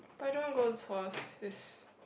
but I don't want to go to Tuas is